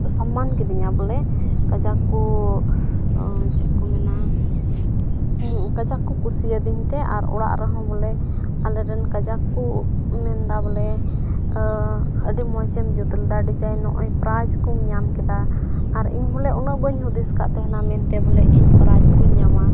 ᱥᱚᱱᱢᱟᱱ ᱠᱤᱫᱤᱧᱟᱹ ᱵᱚᱞᱮ ᱠᱟᱡᱟᱠ ᱠᱚ ᱪᱮᱫ ᱠᱚ ᱢᱮᱱᱟ ᱠᱟᱡᱟᱠ ᱠᱚ ᱠᱩᱥᱤᱭᱟᱹᱫᱤᱧᱛᱮ ᱟᱨ ᱚᱲᱟᱜ ᱨᱮᱦᱚᱸ ᱵᱚᱞᱮ ᱟᱞᱮᱨᱮᱱ ᱠᱟᱡᱟᱠ ᱠᱚ ᱢᱮᱱᱫᱟ ᱵᱚᱞᱮ ᱟᱹᱰᱤ ᱢᱚᱡᱽ ᱮᱢ ᱡᱩᱛ ᱞᱮᱫᱟ ᱰᱤᱡᱟᱭᱤᱱ ᱱᱚᱜᱼᱚᱭ ᱯᱨᱟᱭᱤᱡᱽ ᱠᱚᱢ ᱧᱟᱢ ᱠᱮᱫᱟ ᱟᱨ ᱤᱧ ᱵᱚᱞᱮ ᱩᱱᱟᱹᱜ ᱵᱚᱞᱮ ᱵᱟᱹᱧ ᱦᱩᱫᱤᱥ ᱟᱠᱟᱫ ᱛᱟᱦᱮᱱᱟ ᱢᱮᱱᱛᱮ ᱵᱚᱞᱮ ᱤᱧ ᱯᱨᱟᱭᱤᱡᱽ ᱠᱚᱧ ᱧᱟᱢᱟ